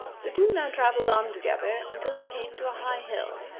the two now travelled on together until they came to a high hill,